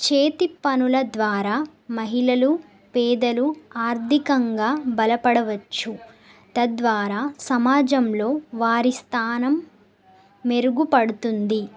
చేతి పనుల ద్వారా మహిళలు పేదలు ఆర్థికంగా బలపడవచ్చు తద్వారా సమాజంలో వారి స్థానం మెరుగుపడుతుంది